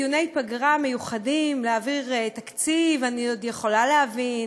דיוני פגרה מיוחדים להעביר תקציב אני עוד יכולה להבין,